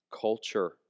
Culture